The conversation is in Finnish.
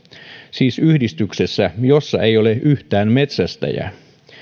siis yhdistyksessä jossa ei ole yhtään metsästäjää